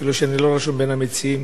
אפילו שאני לא רשום בין המציעים.